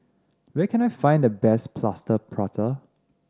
where can I find the best Plaster Prata